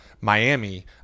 Miami